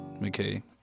McKay